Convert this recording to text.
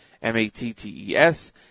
M-A-T-T-E-S